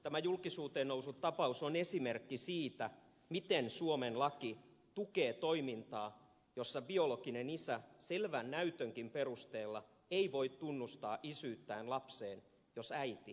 tämä julkisuuteen noussut tapaus on esimerkki siitä miten suomen laki tukee toimintaa jossa biologinen isä selvänkään näytön perusteella ei voi tunnustaa isyyttään lapseen jos äiti ei sitä halua